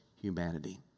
humanity